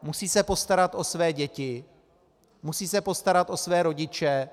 Musí se postarat o své děti, musí se postarat o své rodiče.